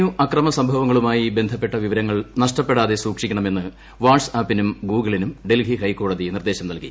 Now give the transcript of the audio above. U അക്രമസംഭവങ്ങളുമായി ബന്ധപ്പെട്ട വിവരങ്ങൾ നഷ്ടപ്പെടാതെ സൂക്ഷിക്കണമെന്ന് വാട്സ്ആപ്പിനും ഗൂഗിളിനും ഡൽഹി ്ഹൈക്കോടതി നിർദ്ദേശം നൽകി